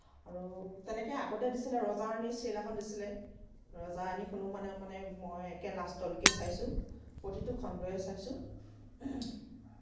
আৰু তেনেকে আগতে দিছিলে ৰজা ৰাণী চিৰিয়েল এখন দিছিলে ৰজা ৰাণীখনো মানে মানে মই একে লাষ্টলৈকে চাইছোঁ প্ৰতিটো খণ্ডই চাইছোঁ